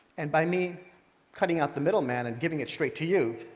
and by me cutting out the middle man and giving it straight to you,